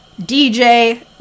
DJ